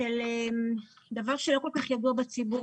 אם לא טוב לכם תעברו,